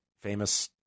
famous